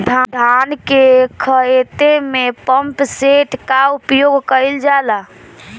धान के ख़हेते में पम्पसेट का उपयोग कइल जाला?